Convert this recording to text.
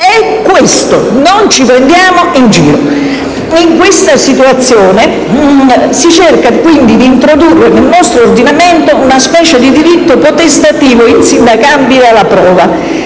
è questo. Non ci prendiamo in giro. In detta situazione si cerca quindi di introdurre nel nostro ordinamento una specie di diritto potestativo insindacabile alla prova,